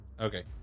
Okay